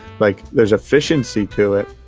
like there's efficiency to it,